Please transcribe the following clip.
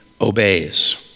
obeys